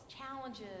challenges